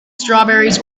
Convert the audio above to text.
strawberries